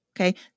Okay